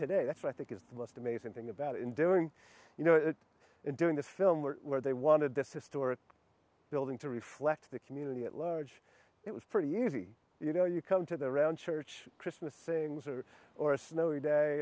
today that's what i think is the most amazing thing about in doing you know doing this film where they wanted this historic building to reflect the community at large it was pretty easy you know you come to the round church christmas sayings or or a snowy day